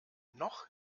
noch